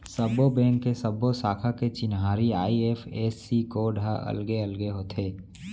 सब्बो बेंक के सब्बो साखा के चिन्हारी आई.एफ.एस.सी कोड ह अलगे अलगे होथे